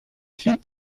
plus